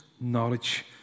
knowledge